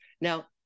Now